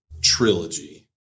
trilogy